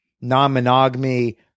non-monogamy